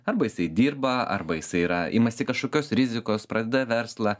arba jisai dirba arba jisai yra imasi kažkokios rizikos pradeda verslą